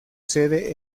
sede